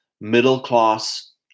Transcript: middle-class